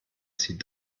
sie